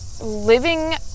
living